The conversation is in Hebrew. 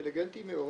ואינטליגנטים מאוד